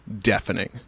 deafening